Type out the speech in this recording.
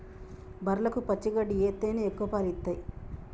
బర్లకు పచ్చి గడ్డి ఎత్తేనే ఎక్కువ పాలు ఇత్తయ్